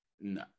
no